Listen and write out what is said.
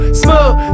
smooth